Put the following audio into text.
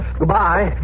goodbye